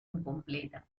incompleta